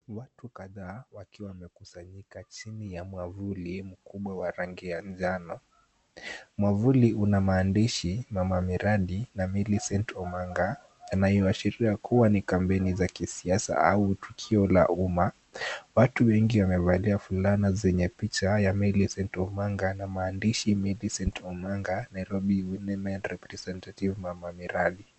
Watu kadha wakiwa wamekusanyika chini ya mwavuli mkubwa wa rangi ya njano. Mwavuli una maandishi mama miradi na Millicent Omanga, yanayoashiria kuwa ni kampeni za kisiasa au tukio la umma, watu wengi wamevalia fulana zenye picha ya Millicent Omanga na maandishi Millicent Omanga- Nairobi Women Representative mama miradi.